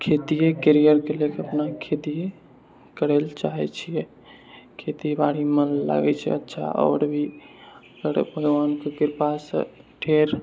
खेतिए कैरियरके लए के अपना खेती करए लए चाहैत छिऐ खेतीबाड़ीमे मन लागैत छै अच्छा आओर भी भगवानकेँ कृपासँ ढ़ेर